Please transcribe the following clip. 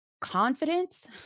confidence